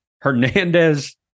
Hernandez